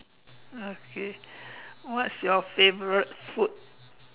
okay what's your favorite food